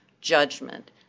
judgment